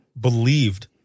believed